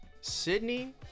sydney